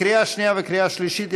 לקריאה שנייה וקריאה שלישית.